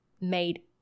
made